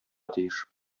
тиеш